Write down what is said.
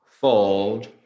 Fold